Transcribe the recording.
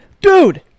Dude